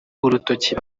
urutoki